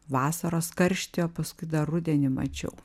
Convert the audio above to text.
vasaros karštyje o paskui dar rudenį mačiau